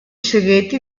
segreti